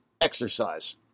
exercise